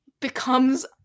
becomes